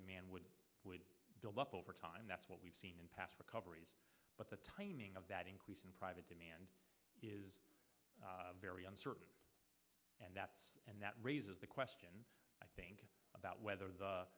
demand would build up over time that's what we've seen in past recoveries but the timing of that increase in private demand is very uncertain and that and that raises the question about whether the